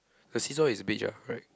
the see saw is beige alright